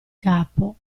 capo